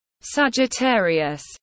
Sagittarius